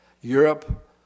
Europe